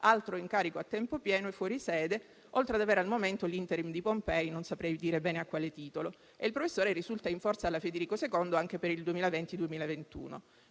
altro incarico a tempo pieno e fuori sede, oltre ad avere al momento l'*interim* di Pompei (non saprei dire bene a quale titolo). Il professore risulta in forza all'università Federico II anche per il 2020-2021.